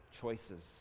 Choices